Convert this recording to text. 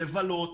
לבלות,